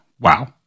Wow